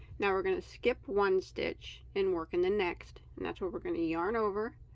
now we're gonna skip one stitch and work in the next and that's what we're going to yarn over